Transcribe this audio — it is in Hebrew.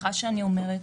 סליחה שאני אומרת,